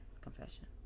Confession